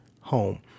home